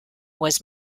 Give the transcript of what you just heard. was